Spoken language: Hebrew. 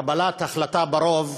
קבלת החלטה ברוב,